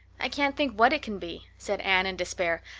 i can't think what it can be, said anne in despair,